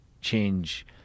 change